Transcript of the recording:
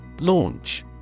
L-A-U-N-C-H